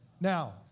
Now